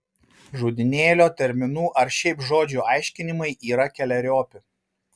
žodynėlio terminų ar šiaip žodžių aiškinimai yra keleriopi